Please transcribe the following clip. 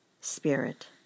spirit